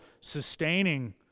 sustaining